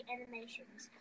Animations